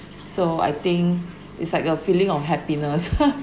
so I think it's like a feeling of happiness